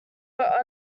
were